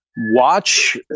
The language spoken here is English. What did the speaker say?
Watch